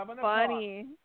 funny